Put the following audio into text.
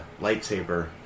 lightsaber